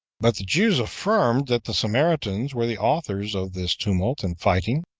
but the jews affirmed that the samaritans were the authors of this tumult and fighting,